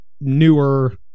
newer